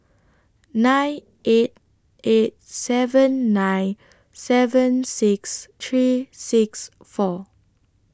nine eight eight seven nine seven six three six four